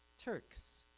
turks,